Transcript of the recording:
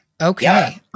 okay